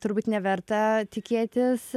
turbūt neverta tikėtis